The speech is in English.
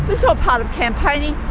it's all part of campaigning,